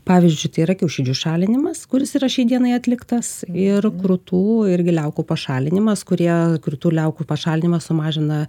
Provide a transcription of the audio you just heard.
pavyzdžiui tai yra kiaušidžių šalinimas kuris yra šiai dienai atliktas ir krūtų irgi liaukų pašalinimas kurie krūtų liaukų pašalinimas sumažina